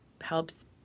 helps